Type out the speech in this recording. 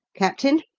captain,